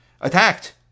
attacked